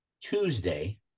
Tuesday